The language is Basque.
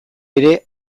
ere